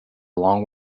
long